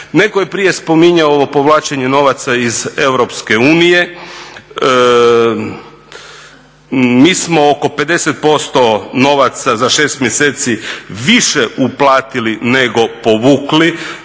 Netko je prije spominjao ovo povlačenje novaca iz EU. Mi smo oko 50% novaca za 6 mjeseci više uplatili nego povukli.